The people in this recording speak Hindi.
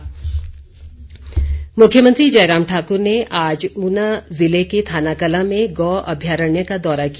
दौरा मुख्यमंत्री जयराम ठाकुर ने आज ऊना ज़िले के थानाकलां में गौ अभ्यारण्य का दौरा किया